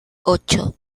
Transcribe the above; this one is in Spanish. ocho